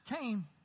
came